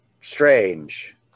strange